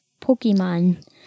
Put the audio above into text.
Pokemon